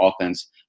offense